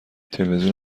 تلویزیون